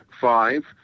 five